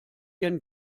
ihren